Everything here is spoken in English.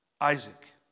Isaac